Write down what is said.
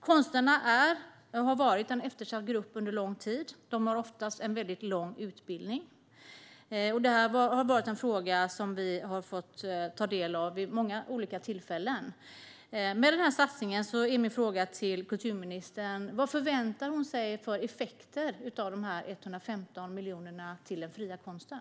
Konstnärerna är och har varit en eftersatt grupp under lång tid. De har oftast lång utbildning. Denna fråga har vi fått ta del av vid många olika tillfällen. Med tanke på satsningen är min fråga till kulturministern: Vad förväntar du dig för effekter av de 115 miljonerna till den fria konsten?